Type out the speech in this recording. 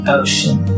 ocean